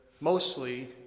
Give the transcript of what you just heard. mostly